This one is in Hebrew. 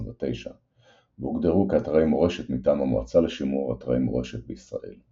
1929-1923 והוגדרו כאתרי מורשת מטעם המועצה לשימור אתרי מורשת בישראל.